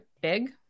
big